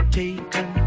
taken